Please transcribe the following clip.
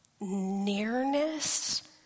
nearness